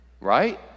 Right